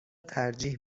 ترجیح